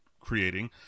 creating